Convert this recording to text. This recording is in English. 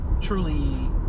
truly